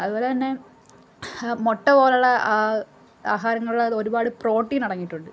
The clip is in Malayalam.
അതുപോലെ തന്നെ മുട്ട പോലെ ഉള്ള ആഹാരങ്ങളിൽ ഒരുപാട് പ്രോട്ടീൻ അടങ്ങിയിട്ടുണ്ട്